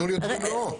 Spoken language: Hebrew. תנו לי אותו במלואו.